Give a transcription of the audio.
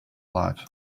life